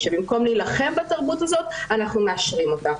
שבמקום להילחם בתרבות הזאת אנחנו מאשרים אותה.